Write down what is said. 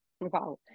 Wow